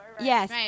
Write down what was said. Yes